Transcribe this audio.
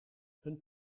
een